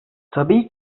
tabii